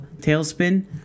tailspin